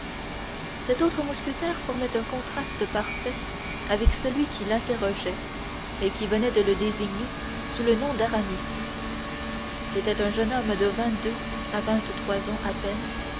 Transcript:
cet autre mousquetaire formait un contraste parfait avec celui qui l'interrogeait et qui venait de le désigner sous le nom d'aramis c'était un jeune homme de vingt-deux à vingt-trois ans à peine